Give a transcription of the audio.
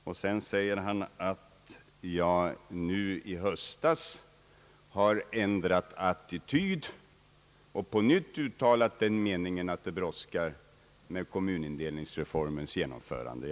Vidare säger han att jag nu i höstas har ändrat attityd och på nytt uttalat den meningen att det brådskar med kommunindelningsreformens genomförande.